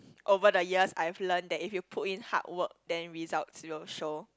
over the yes I have learnt that if you put in hardwork then results will show